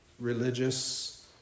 religious